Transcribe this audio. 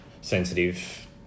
sensitive